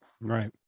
Right